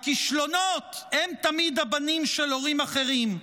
הכישלונות הם תמיד הבנים של הורים אחרים.